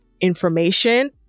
information